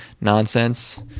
nonsense